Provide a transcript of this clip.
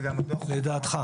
וגם הדוח -- לדעתך.